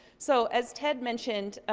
so, as ted mentioned,